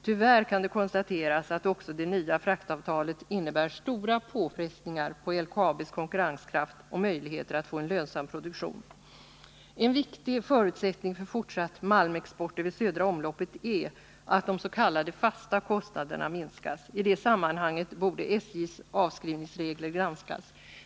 Tyvärr kan det konstateras att också det nya fraktavtalet innebär stora påfrestningar för LKAB:s konkurrenskraft och möjligheter att få en lönsam produktion. En viktig förutsättning för fortsatt malmexport över södra omloppet är att de s.k. fasta kostnaderna minskas. I det sammanhanget borde SJ:s avskrivningsregler granskas.